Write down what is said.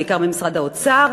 בעיקר במשרד האוצר,